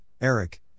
Eric